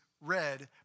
read